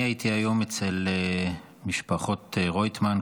אני הייתי היום אצל משפחות רויטמן,